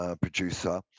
Producer